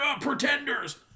Pretenders